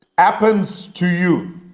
uplands to you